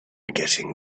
getting